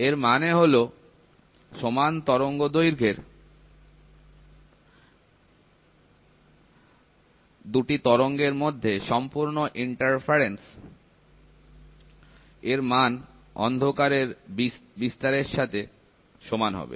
এর মানে হলো সমান তরঙ্গদৈর্ঘ্যের দুটি তরঙ্গের মধ্যে সম্পূর্ণ প্রতিবন্ধক এর মান অন্ধকারের বিস্তারের সাথে সমান হবে